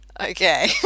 Okay